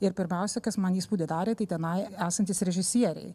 ir pirmiausia kas man įspūdį darė tai tenai esantys režisieriai